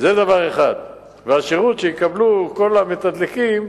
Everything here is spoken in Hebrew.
זה דבר אחד, והשירות שיקבלו כל המתדלקים,